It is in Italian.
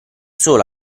solo